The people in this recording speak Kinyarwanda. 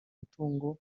mutungo